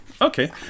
Okay